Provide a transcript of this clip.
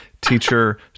teacher